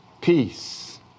Peace